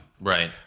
Right